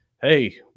hey